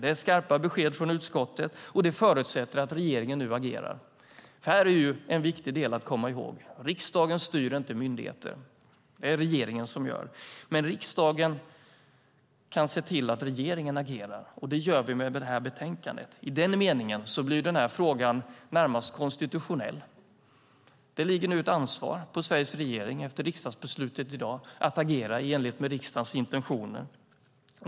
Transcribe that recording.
Det är skarpa besked från utskottet, och det förutsätter att regeringen nu agerar. Det här är nämligen viktigt att komma ihåg: Riksdagen styr inte myndigheter. Det gör regeringen. Men riksdagen kan se till att regeringen agerar, och det gör vi med det här betänkandet. I den meningen blir den här frågan närmast konstitutionell. Det ligger nu ett ansvar på Sveriges regering efter riksdagsbeslutet i dag att agera i enlighet med riksdagens intentioner.